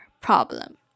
problem